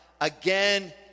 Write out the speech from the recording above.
again